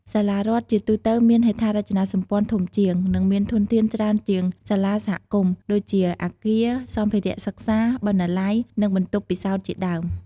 សាលារដ្ឋជាទូទៅមានហេដ្ឋារចនាសម្ព័ន្ធធំជាង និងមានធនធានច្រើនជាងសាលាសហគមន៍ ដូចជាអាគារ សម្ភារៈសិក្សា បណ្ណាល័យ និងបន្ទប់ពិសោធន៍ជាដើម។